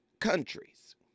countries